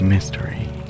Mystery